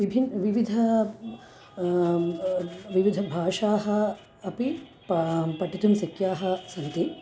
विभिन्ना विविधा विविधभाषाः अपि पा पठितुं शक्याः सन्ति